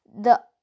The